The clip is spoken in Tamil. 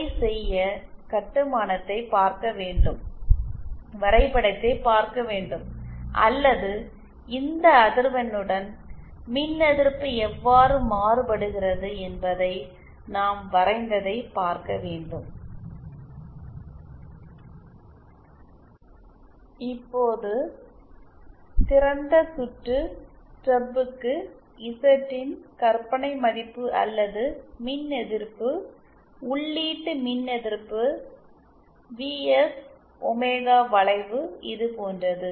அதைச் செய்ய கட்டுமானத்தைப் பார்க்க வேண்டும் வரைபடத்தைப் பார்க்க வேண்டும் அல்லது இந்த அதிர்வெண்ணுடன் மின்எதிர்ப்பு எவ்வாறு மாறுபடுகிறது என்பதை நான் வரைந்ததை பார்க்க வேண்டும் இப்போது திறந்த சுற்று ஸ்டப்க்கு Z இன் கற்பனை மதிப்பு அல்லது மின்எதிர்ப்பு உள்ளீட்டு மின்எதிர்ப்பு Vs ஒமேகா வளைவு இது போன்றது